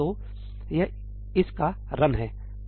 तो यह इस का रन है